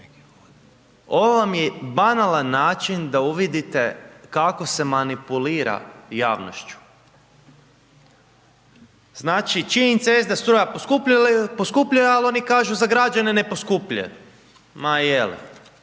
Ovo vam je banalan način da uvidite kako se manipulira javnošću. Znači činjenica jest da struja poskupljuje, ali oni kažu za građane ne poskupljuje, ma je li.